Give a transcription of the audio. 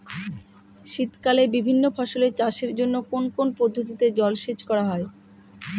শীতকালে বিভিন্ন ফসলের চাষের জন্য কোন কোন পদ্ধতিতে জলসেচ করা হয়?